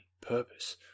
purpose